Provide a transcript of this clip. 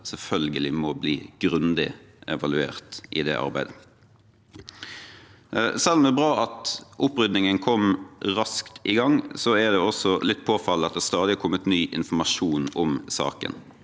selvfølgelig må bli grundig evaluert i det arbeidet. Selv om det er bra at opprydningen kom raskt i gang, er det litt påfallende at det stadig har kommet ny informasjon om saken.